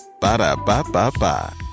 Ba-da-ba-ba-ba